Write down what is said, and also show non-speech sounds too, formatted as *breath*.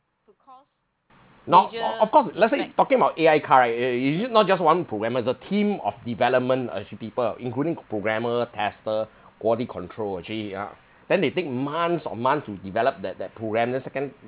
not of of course let's say talking about A_I car yeah it's usually not just one programmer the team of development as you people including programmer tester *breath* quality control actually ya then they take months on months to develop that that programme the second